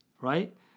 Right